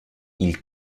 ils